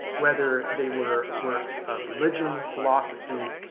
whether they were works of religion, philosophy,